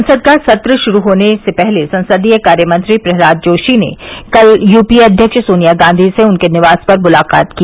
संसद का सत्र शुरू होने से पहले संसदीय कार्य मंत्री प्रह्लाद जोशी ने कल यूपीए अव्यक्ष सोनिया गांधी से उनके निवास पर मुलाकात की